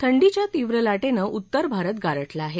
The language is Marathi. थंडीच्या तीव्र लाटेनं उत्तर भारत गारठला आहे